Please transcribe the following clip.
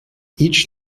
each